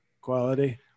quality